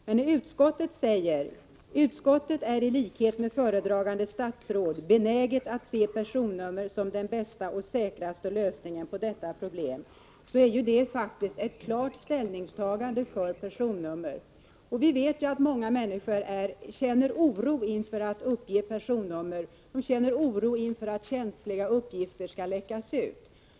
Men utskottet säger: ”Utskottet är i likhet med föredragande statsrådet benäget att se personnummer som den bästa och säkraste lösningen på detta problem.” Detta innebär faktiskt ett klart ställningstagande för personnummer. Vi vet att många människor känner oro inför att uppge personnummer och oro för att känsliga uppgifter skall läcka ut.